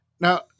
Now